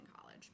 college